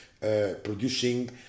producing